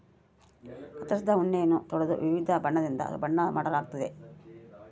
ಕತ್ತರಿಸಿದ ಉಣ್ಣೆಯನ್ನ ತೊಳೆದು ವಿವಿಧ ಬಣ್ಣದಿಂದ ಬಣ್ಣ ಮಾಡಲಾಗ್ತತೆ